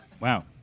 Wow